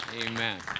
Amen